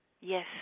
Yes